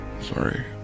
Sorry